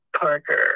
Parker